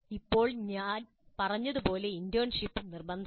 ഇപ്പോൾ ഞാൻ പറഞ്ഞതുപോലെ ഇന്റേൺഷിപ്പ് നിർബന്ധമാണ്